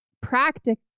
practically